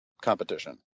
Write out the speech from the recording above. competition